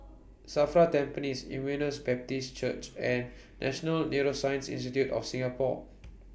SAFRA Tampines Emmaus Baptist Church and National Neuroscience Institute of Singapore